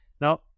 Now